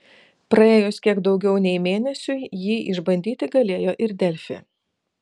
praėjus kiek daugiau nei mėnesiui jį išbandyti galėjo ir delfi